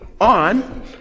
on